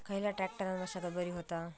खयल्या ट्रॅक्टरान मशागत बरी होता?